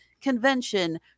convention